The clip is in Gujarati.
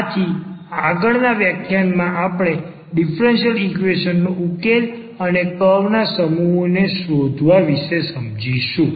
આથી આગળના વ્યાખ્યાનોમાં આપણે ડીફરન્સીયલ ઈક્વેશન નો ઉકેલ અને કર્વના સમૂહોને શોધવા વિશે સમજીશું